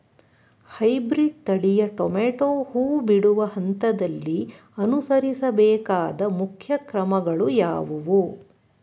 Hybrid ತಳಿಯ tomato ಹೂ ಬಿಡುವ ಹಂತದಲ್ಲಿ ಅನುಸರಿಸಬೇಕಾದ ಮುಖ್ಯ ಕ್ರಮಗಳು ಯಾವುವು?